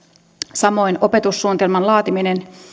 samoin opetussuunnitelmien laatiminen